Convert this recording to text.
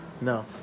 No